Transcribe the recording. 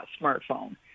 smartphone